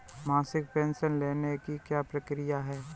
मासिक पेंशन लेने की क्या प्रक्रिया है?